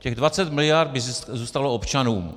Těch 20 mld. by zůstalo občanům.